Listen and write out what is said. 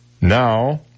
Now